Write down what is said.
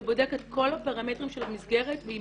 שבודק את כל הפרמטרים של המסגרת והיא